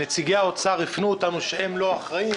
נציגי האוצר הפנו אותנו שהם לא אחראים,